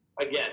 again